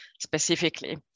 specifically